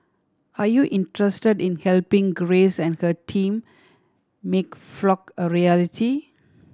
are you interested in helping Grace and her team make Flock a reality